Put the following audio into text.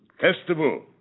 festival